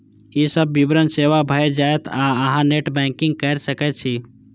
ई सब विवरण सेव भए जायत आ अहां नेट बैंकिंग कैर सकै छी